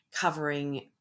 covering